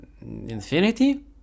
Infinity